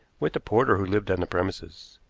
with the porter who lived on the premises.